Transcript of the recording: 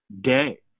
day